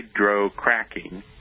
hydrocracking